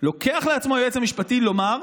לוקח לעצמו היועץ המשפטי לומר: